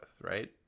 right